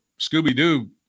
Scooby-Doo